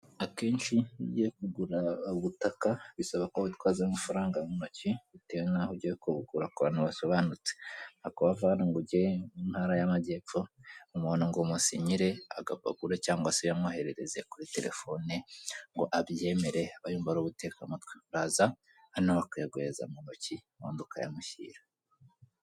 Akenshi iy'ugiye kugura ubutaka bisaba ko witwaza amafaranga mu ntoki bitewe n'aho ugiye kubugura ku bantu basobanutse kuva hano ngo ujye mu ntara y'amajyepfo umuntu ngo amusinyi agapapuro cyangwa se kuyamwoherereze kuri telefone ngo abyemere abayuma ari ubutekamutwe uraza hano bakayaguhereza mu ntoki ubundi ukayamushyira.